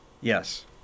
Yes